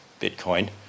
Bitcoin